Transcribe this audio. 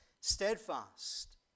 steadfast